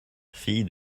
fille